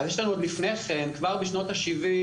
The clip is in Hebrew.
עוד לפני כן, כבר בשנות השבעים,